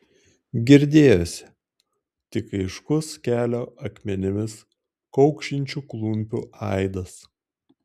girdėjosi tik aiškus kelio akmenimis kaukšinčių klumpių aidas